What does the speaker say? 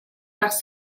vers